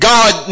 God